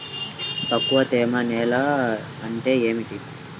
తక్కువ తేమ నేల అంటే ఏమిటి?